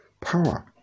Power